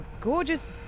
gorgeous